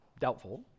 doubtful